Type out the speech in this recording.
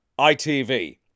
ITV